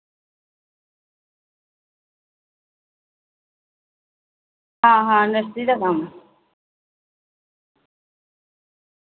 आं नर्सरी दा कम्म